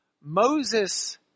Moses